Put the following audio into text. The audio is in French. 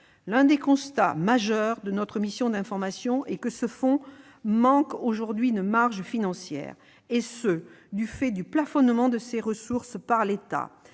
L'un des constats essentiels de notre mission d'information est que ce fonds manque aujourd'hui de marges financières, du fait du plafonnement de ses ressources par l'État.